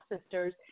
sisters